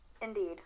Indeed